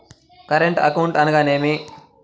Current account అనగా ఏమిటి?